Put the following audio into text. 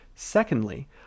Secondly